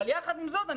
יחד עם זאת,